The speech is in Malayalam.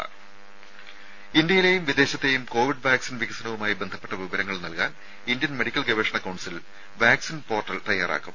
രുമ ഇന്ത്യയിലെയും വിദേശത്തെയും കോവിഡ് വാക്സിൻ വികസനവുമായി ബന്ധപ്പെട്ട വിവരങ്ങൾ നൽകാൻ ഇന്ത്യൻ മെഡിക്കൽ ഗവേഷണ കൌൺസിൽ വാക്സിൻ പോർട്ടൽ തയ്യാറാക്കും